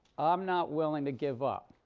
i'm not willing to give up.